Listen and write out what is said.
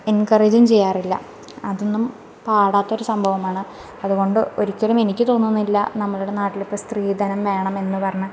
എന്കറേജും ചെയ്യാറില്ല അതൊന്നും പാടില്ലാത്തൊരു സംഭവമാണ് അതുകൊണ്ട് ഒരിക്കലുമെനിക്ക് തോന്നുന്നില്ല നമ്മളുടെ നാട്ടിലിപ്പം സ്ത്രീധനം വേണമെന്ന് പറഞ്ഞ്